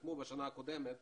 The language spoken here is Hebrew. הסתכמו בשנה הקודמת